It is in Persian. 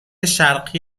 شرقی